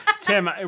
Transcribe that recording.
Tim